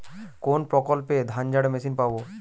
কোনপ্রকল্পে ধানঝাড়া মেশিন পাব?